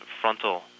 frontal